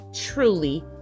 truly